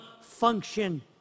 function